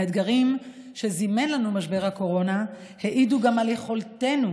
האתגרים שזימן לנו משבר הקורונה העידו גם על יכולתנו